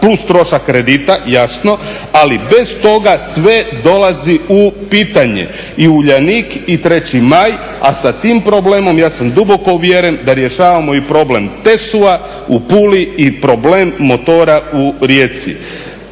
plus trošak kredita, ali bez toga sve dolazi u pitanje. I Uljanik i 3. Maj, a sa tim problemom, ja sam duboko uvjeren, da rješavamo i problem TSU-a u Puli i problem Motora u Rijeci.